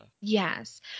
Yes